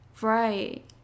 Right